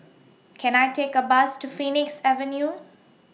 Can I Take A Bus to Phoenix Avenue